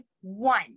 one